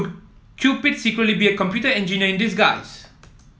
Cupid secretly be a computer engineer in disguise